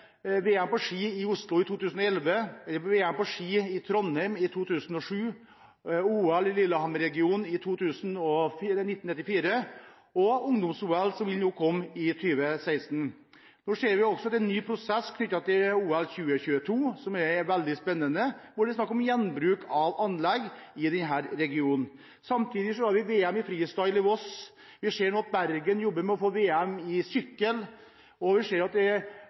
på ski i Oslo i 2011, VM på ski i Trondheim i 1997, OL i Lillehammer-regionen i 1994 og Ungdoms-OL, som vil komme i 2016. Nå ser vi også at en ny prosess knyttet til OL 2022, som er veldig spennende, hvor det er snakk om gjenbruk av anlegg i denne regionen. Samtidig har vi VM i freestyle på Voss, vi ser at Bergen jobber med å få VM i sykkel, og vi